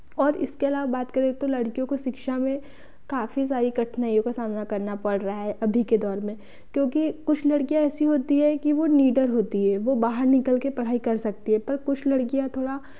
और इसके अलावा बात करें तो लड़कियों को शिक्षा में काफ़ी सारी कठिनाइयों का सामना करना पड़ रहा है अभी के दौर में क्योंकि कुछ लड़कियां ऐसी होती है कि वो निडर होती है वो बाहर निकल के पढ़ाई कर सकती है पर कुछ लड़कियां थोड़ा